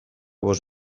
bost